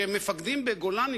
שמפקדים בגולני,